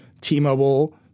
T-Mobile